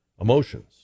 emotions